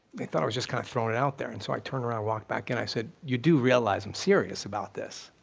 they thought i was just kind of throwing it out there, and so i turned around and walked back in. i said, you do realize i'm serious about this?